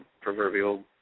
proverbial